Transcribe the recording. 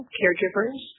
caregivers